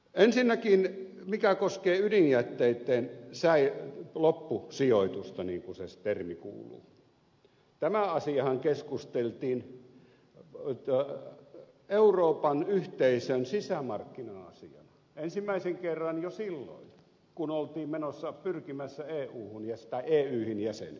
ensinnäkin se mikä koskee ydinjätteitten loppusijoitusta niin kuin se termi kuuluu tämä asiahan keskusteltiin euroopan yhteisön sisämarkkina asiana ensimmäisen kerran jo silloin kun oltiin pyrkimässä euhun tai eyhyn jäseneksi